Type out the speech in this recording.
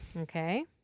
okay